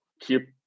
keep